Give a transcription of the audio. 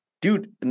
dude